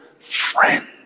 Friend